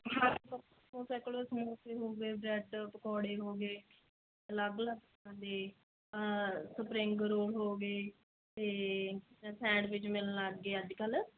ਕੋਲ ਸਮੋਸੇ ਹੋ ਗਏ ਬ੍ਰੈਡ ਪਕੌੜੇ ਹੋ ਗਏ ਅਲੱਗ ਅਲੱਗ ਤਰ੍ਹਾਂ ਦੇ ਸਪਰਿੰਗ ਰੋਲ ਹੋ ਗਏ ਅਤੇ ਸੈਂਡਵਿਚ ਮਿਲਣ ਲੱਗ ਗਏ ਅੱਜ ਕੱਲ੍ਹ